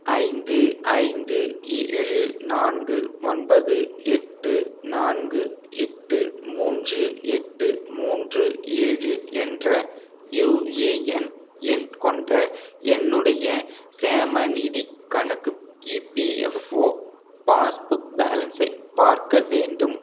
ஐந்து ஐந்து ஏழு நான்கு ஒன்பது எட்டு நான்கு எட்டு மூன்று எட்டு மூன்று ஏழு என்ற யூஏஎன் எண் கொண்ட என்னுடைய சேமநிதிக் கணக்கு இபிஎஃப்ஓ பாஸ்புக் பேலன்ஸை பார்க்க வேண்டும்